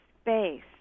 space